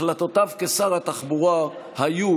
החלטותיו כשר התחבורה היו,